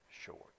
short